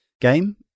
game